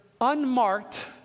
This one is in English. unmarked